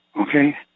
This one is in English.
okay